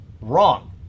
wrong